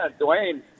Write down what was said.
Dwayne